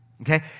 Okay